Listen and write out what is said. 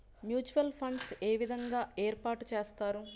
Mutual funds ఏ విధంగా ఏర్పాటు చేస్తారు?